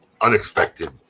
unexpected